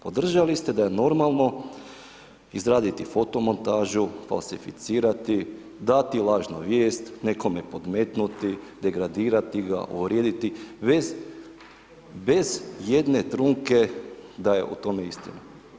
Podržali ste da je normalno izraditi fotomontažu, falsificirati, dati lažni vijest, nekome podmetnuti, degradirati ga, uvrijediti bez jedne trunke da je o tome istina.